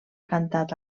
cantat